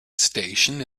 station